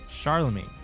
Charlemagne